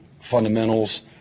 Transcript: fundamentals